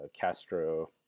Castro